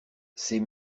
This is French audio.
ses